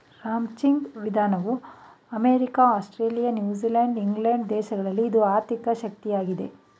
ranching ವಿಧಾನವು America, Australia, New Zealand England ದೇಶಗಳಲ್ಲಿ ಇದು ಆರ್ಥಿಕ ಶಕ್ತಿಯಾಗಿದೆ